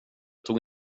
tog